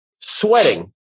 sweating